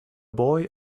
boy